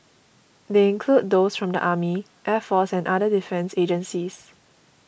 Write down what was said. they include those from the army air force and other defence agencies